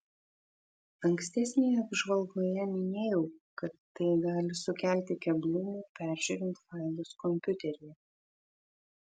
ankstesnėje apžvalgoje minėjau kad tai gali sukelti keblumų peržiūrint failus kompiuteryje